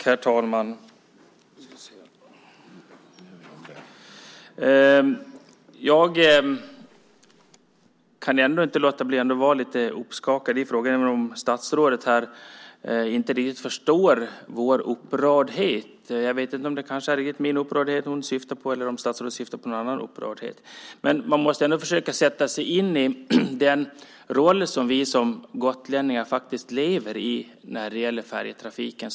Herr talman! Jag kan inte undgå att bli lite uppskakad i den här frågan, även om statsrådet inte riktigt förstår vår upprördhet. Jag vet inte om det är min eller någon annans upprördhet hon syftar på, men man måste ändå försöka sätta sig in i de förhållanden vi gotlänningar faktiskt lever under när det gäller färjetrafiken.